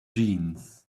jeans